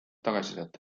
tagasisidet